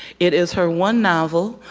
it is her one novel,